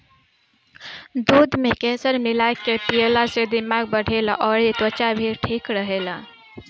दूध में केसर मिला के पियला से दिमाग बढ़ेला अउरी त्वचा भी ठीक रहेला